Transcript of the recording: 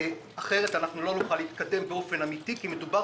אנחנו לא נוכל להתקדם באופן אמיתי כי מדובר